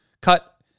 cut